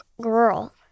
girl